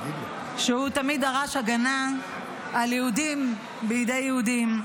שהוא תמיד דרש הגנה על יהודים בידי יהודים: